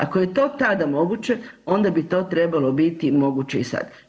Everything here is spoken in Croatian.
Ako je to tada moguće onda bi to trebalo biti moguće i sad.